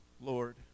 Lord